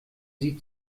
sie